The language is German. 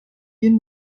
gehen